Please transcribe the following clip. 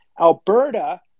Alberta